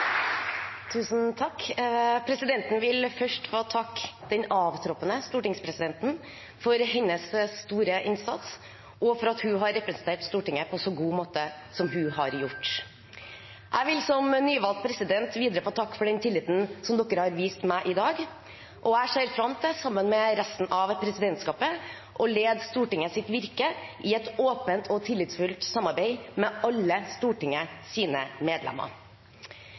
Tusen takk! Presidenten vil først få takke den avtroppende stortingspresidenten for hennes store innsats og for at hun har representert Stortinget på en så god måte som hun har gjort. Jeg vil som nyvalgt president videre få takke for den tilliten som dere har vist meg i dag. Sammen med resten av presidentskapet ser jeg fram til å lede Stortingets virke i et åpent og tillitsfullt samarbeid med alle Stortingets medlemmer.